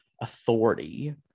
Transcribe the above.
authority